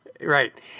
Right